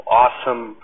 awesome